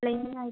plain ആയിട്ട്